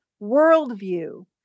worldview